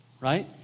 Right